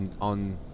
on